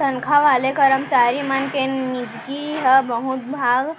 तनखा वाले करमचारी मन के निजगी ह बहुत भाग